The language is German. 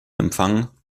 empfang